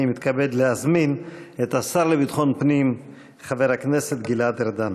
אני מתכבד להזמין את השר לביטחון פנים חבר הכנסת גלעד ארדן.